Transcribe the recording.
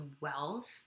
wealth